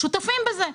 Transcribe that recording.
שותפים בזה,